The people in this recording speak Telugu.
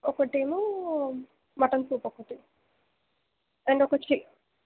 ఒకటి ఏమో మటన్ సూప్ ఒకటి అండ్ ఒక చి